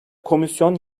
komisyon